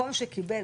מקום שקיבל,